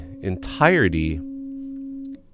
entirety